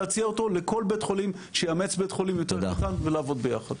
להציע אותו לכל בית חולים שיאמץ בית חולים יותר קטן ולעבוד ביחד.